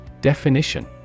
Definition